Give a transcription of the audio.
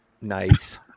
Nice